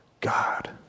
God